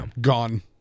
Gone